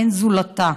שאין זולתה.